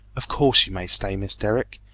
of course you may stay, miss derrick.